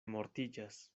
mortiĝas